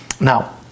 Now